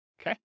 Okay